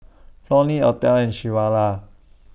Flonnie Othel and Shawanda